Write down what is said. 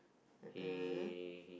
he